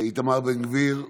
איתמר בן גביר,